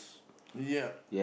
yup